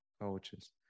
coaches